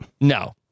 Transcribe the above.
No